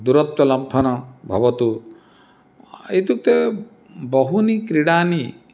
दूरत्व लम्फनं भवतु इत्युक्ते बहवः क्रीडाः